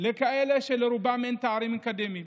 כאלה שלרובן אין תארים אקדמיים.